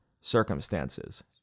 circumstances